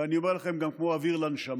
ואני אומר לכם, גם כמו אוויר לנשמה.